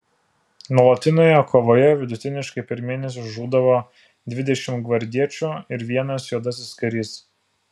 nuolatinėje kovoje vidutiniškai per mėnesį žūdavo dvidešimt gvardiečių ir vienas juodasis karys